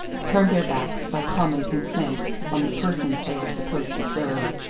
turned their backs by common consent on the persons they were supposed to serve.